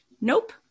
nope